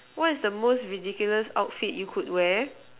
what's the most ridiculous outfit you could wear